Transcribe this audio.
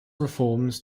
reforms